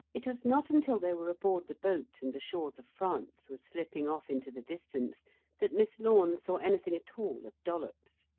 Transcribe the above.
it was not until they were aboard the boat and the shores of france were slipping off into the distance that miss lorne saw anything at all of dollops.